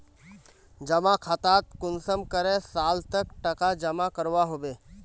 जमा खातात कुंसम करे साल तक टका जमा करवा होबे?